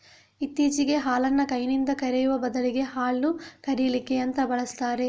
ಇತ್ತೀಚೆಗೆ ಹಾಲನ್ನ ಕೈನಿಂದ ಕರೆಯುವ ಬದಲಿಗೆ ಹಾಲು ಕರೀಲಿಕ್ಕೆ ಯಂತ್ರ ಬಳಸ್ತಾರೆ